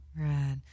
Right